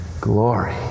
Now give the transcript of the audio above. glory